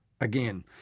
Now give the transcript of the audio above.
again